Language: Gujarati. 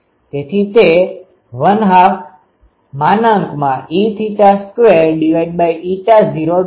તેથી તે 12E2૦ થશે